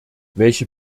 welche